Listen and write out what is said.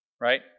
Right